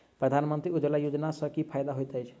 प्रधानमंत्री उज्जवला योजना सँ की फायदा होइत अछि?